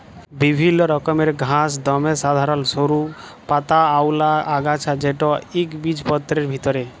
বিভিল্ল্য রকমের ঘাঁস দমে সাধারল সরু পাতাআওলা আগাছা যেট ইকবিজপত্রের ভিতরে